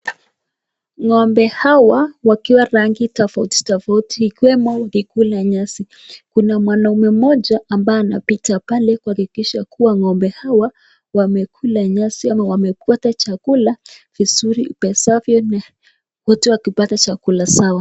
Ng'ombe hawa wakiwa rangi tofauti tofauti wakikula nyasi. Kuna mwanaume mmoja ambaye anapita pale kuhakikisha kuwa ng'ombe hawa wamekula nyasi ama wamepata chakula vizuri ipasavyo wote wakipata chakula sawa.